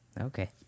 Okay